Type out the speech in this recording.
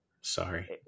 Sorry